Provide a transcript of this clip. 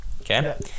Okay